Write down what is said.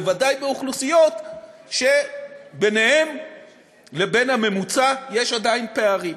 ובוודאי באוכלוסיות שבינן לבין הממוצע יש עדיין פערים.